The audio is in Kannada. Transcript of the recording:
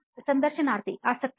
ಸಂದರ್ಶನಾರ್ಥಿ ಆಸಕ್ತಿ